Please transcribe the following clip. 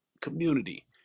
community